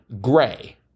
Gray